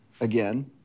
again